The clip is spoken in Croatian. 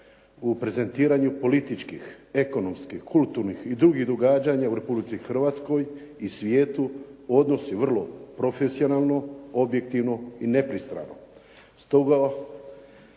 u prezentiranju političkih, ekonomskih, kulturnih i drugih događanja u Republici Hrvatskoj i svijetu odnosi vrlo profesionalno, objektivno i nepristrano. Stoga